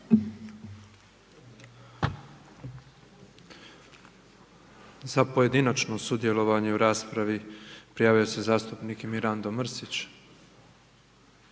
Za pojedinačno sudjelovanje u raspravi prijavio se zastupnik Tomislav